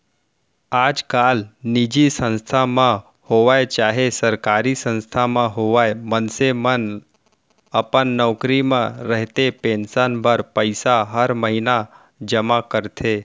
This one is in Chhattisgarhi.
आजकाल निजी संस्था म होवय चाहे सरकारी संस्था म होवय मनसे मन अपन नौकरी म रहते पेंसन बर पइसा हर महिना जमा करथे